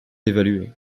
d’évaluer